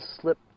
slip